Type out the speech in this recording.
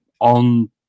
on